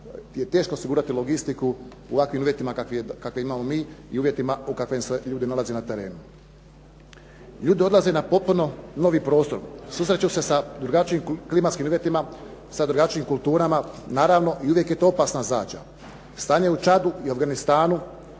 je teško osigurati logistiku u ovakvim uvjetima kakve imamo mi i uvjetima u kakvim se ljudi nalaze na terenu. Ljudi odlaze na potpuno novi prostor, susreću se sa drugačijim klimatskim uvjetima, sa drugačijim kulturama. Naravno, i uvijek je to opasna zadaća. Stanje u Čadu i Afganistanu